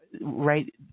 right